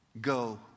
Go